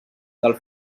del